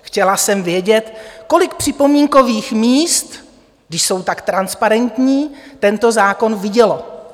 Chtěla jsem vědět, kolik připomínkových míst, když jsou tak transparentní, tento zákon vidělo.